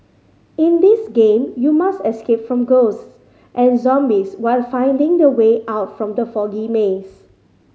in this game you must escape from ghosts and zombies while finding the way out from the foggy maze